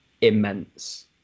immense